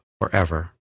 forever